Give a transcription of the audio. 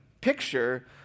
picture